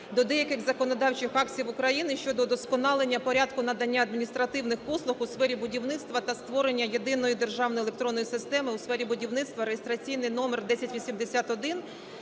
до деяких законодавчих актів України щодо удосконалення порядку надання адміністративних послуг у сфері будівництва та створення Єдиної державної електронної системи у сфері будівництва (реєстраційний номер 1081),